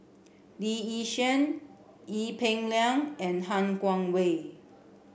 Lee Yi Shyan Ee Peng Liang and Han Guangwei